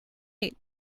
right